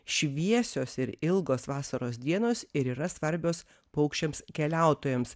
šviesios ir ilgos vasaros dienos ir yra svarbios paukščiams keliautojams